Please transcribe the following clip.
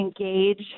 engage